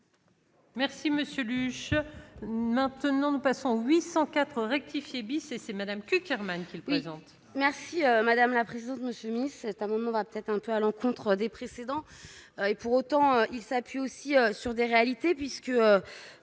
Merci monsieur Luche, maintenant nous passons 804 rectifié bis et c'est madame Cukierman qu'il présente. Merci madame la présidente, monsieur Miss cet amendement va peut-être un peu à l'encontre des précédents et pour autant, il s'appuie aussi sur des réalités, puisque